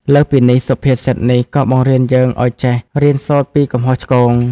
លើសពីនេះ សុភាសិតនេះក៏បង្រៀនយើងឱ្យចេះ រៀនសូត្រពីកំហុសឆ្គង។